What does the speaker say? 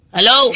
Hello